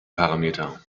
parameter